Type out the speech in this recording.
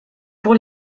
pour